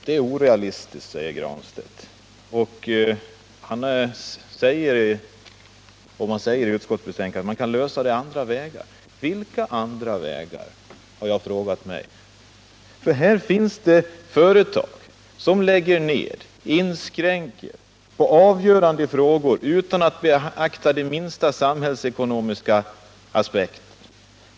Det är orealistiskt, säger Pär Granstedt och påpekar att utskottet menar att man kan lösa problemet på andra vägar. Vilka andra vägar? har jag frågat mig. Här finns ju företag som lägger ner och inskränker på avgörande punkter utan att det minsta beakta samhällsekonomiska aspekter.